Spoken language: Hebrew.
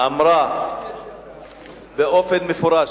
אמרה במפורש,